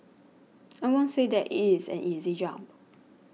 I won't say that it is an easy jump